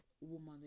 woman